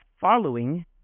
following